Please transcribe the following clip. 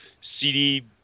CD